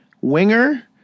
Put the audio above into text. Winger